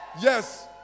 yes